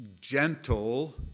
gentle